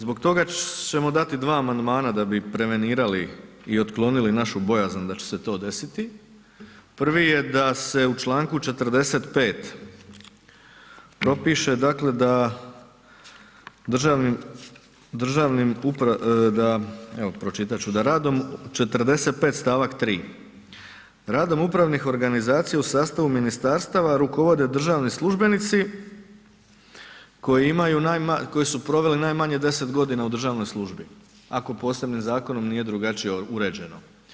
Zbog toga ćemo dati dva amandmana da bi prevenirali i otklonili našu bojazan da će se to desiti, prvi je da se u čl. 45. propiše, dakle, da državnim, državnim, da evo pročitat ću, da radom 45. st. 3. radom upravnih organizacija u sastavu ministarstava rukovode državni službenici koji imaju najmanje, koji su proveli najmanje 10.g. u državnoj službi ako posebnim zakonom nije drugačije uređeno.